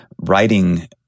writing